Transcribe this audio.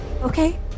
okay